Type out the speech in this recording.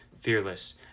fearless